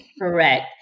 Correct